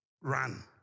run